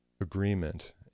agreement